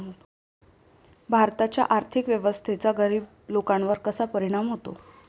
भारताच्या आर्थिक व्यवस्थेचा गरीब लोकांवर कसा परिणाम होतो?